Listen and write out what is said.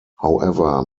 however